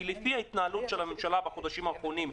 כי לפי ההתנהלות של הממשלה בחודשים האחרונים,